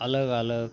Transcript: अलग अलग